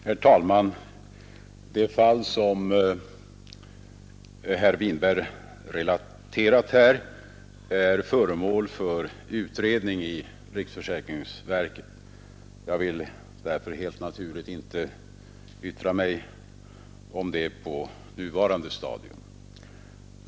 Herr talman! Det fall som herr Winberg här relaterade är föremål för utredning i riksförsäkringsverket, och därför vill jag helt naturligt inte yttra mig om det på nuvarande stadium.